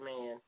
man